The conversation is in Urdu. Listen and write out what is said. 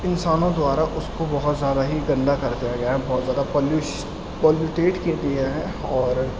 انسانوں دوارا اس کو بہت زیادہ ہی گندہ کر دیا گیا ہے بہت زیادہ پالیوش پالیوٹیڈ کر دیا ہے اور